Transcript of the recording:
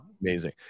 Amazing